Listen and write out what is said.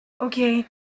okay